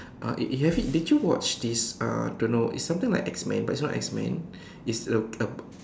uh have you did you watch this uh I don't know is something like X man but not X man it's a a